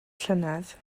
llynedd